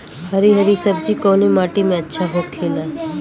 हरी हरी सब्जी कवने माटी में अच्छा होखेला?